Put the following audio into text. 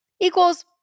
equals